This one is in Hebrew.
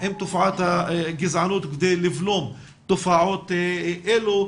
עם תופעת הגזענות כדי לבלום תופעות אלו,